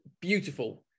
Beautiful